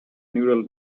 neural